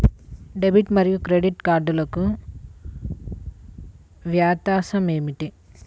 Debit మరియు credit కార్డ్లకు వ్యత్యాసమేమిటీ?